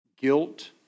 guilt